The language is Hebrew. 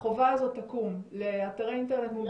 החובה הזו תקום לאתרי אינטרנט מונגשים?